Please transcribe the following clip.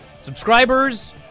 Subscribers